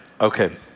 Okay